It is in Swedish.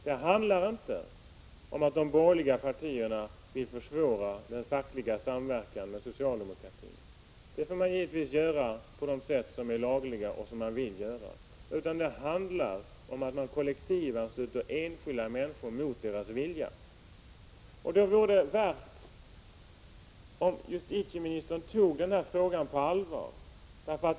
Det handlar inte om att de borgerliga partierna vill försvåra den fackliga samverkan med socialdemokratin — den får man givetvis ordna på de sätt som är lagliga och som man vill använda sig av. Vad det handlar om är att man kollektivansluter enskilda människor mot deras vilja. Nog vore det värt att justitieministern tog den här frågan på allvar.